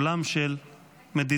עולם של מדינות?